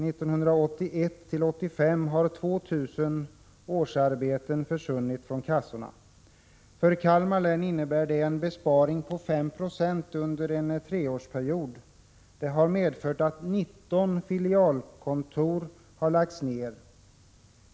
1981-1985 har 2 000 årsarbeten försvunnit från kassorna. För Kalmar län innebär det en besparing på 5 26 under en treårsperiod. Det har medfört att 19 filialkontor harlagts ned.